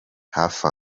hafi